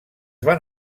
van